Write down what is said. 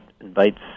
invites